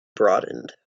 broadened